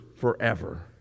forever